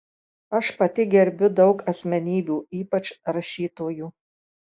aš pati gerbiu daug asmenybių ypač rašytojų